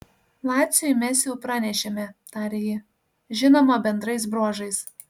laciui mes jau pranešėme tarė ji žinoma bendrais bruožais